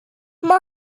ماه